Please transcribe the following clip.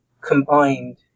combined